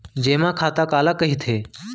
जेमा खाता काला कहिथे?